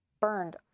burned